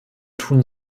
tun